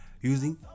using